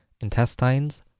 intestines